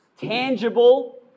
tangible